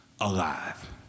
alive